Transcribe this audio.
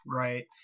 right